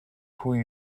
pwy